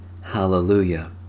hallelujah